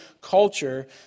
culture